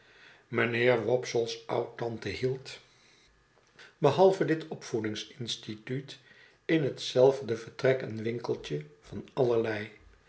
mijnheer wopsle's oudtante hield behalve jo beschruft zijne kinderjaeen dit opvoedings instituut in hetzelfde vertrek een winkeltje van allerlei